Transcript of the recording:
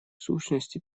сущности